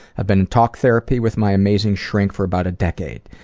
i've been in talk therapy with my amazing shrink for about a decade.